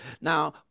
Now